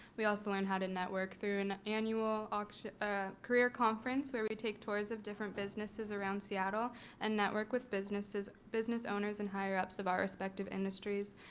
we also learn how to network through an annual um ah career conference where we take tours of different businesses around seattle and network with businesses business owners and higher ups of our respective industries.